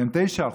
והם 9%,